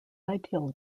ideal